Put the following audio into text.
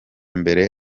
mbere